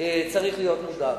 צריך להיות מודאג.